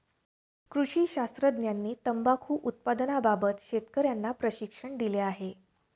कृषी शास्त्रज्ञांनी तंबाखू उत्पादनाबाबत शेतकर्यांना प्रशिक्षण दिले